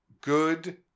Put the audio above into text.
good